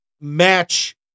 match